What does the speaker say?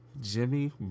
Jimmy